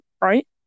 right